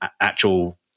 actual